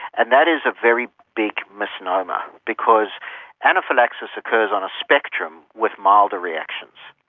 and that is a very big misnomer because anaphylaxis occurs on a spectrum with milder reactions.